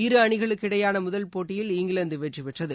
இரு அணிகளுக்கிடையேயானமுதல் போட்டியில் இங்கிலாந்துவெற்றிபெற்றது